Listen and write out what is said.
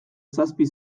zazpi